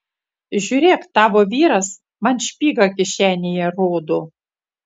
žiūrėk tavo vyras man špygą kišenėje rodo